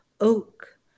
oak